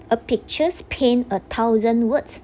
a picture paint a thousand words